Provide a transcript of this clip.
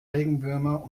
regenwürmer